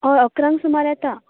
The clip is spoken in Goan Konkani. होय इकरांक सुमार येता